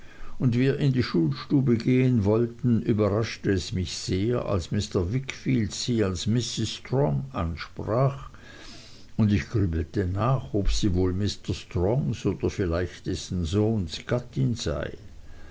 und wir in die schulstube gehen wollten überraschte es mich sehr als mr wickfield sie als mrs strong ansprach und ich grübelte nach ob sie wohl mr strongs oder vielleicht dessen sohns gattin sei